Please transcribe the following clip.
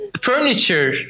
furniture